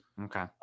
Okay